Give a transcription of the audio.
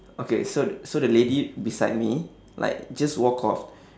okay so so the lady beside me like just walk off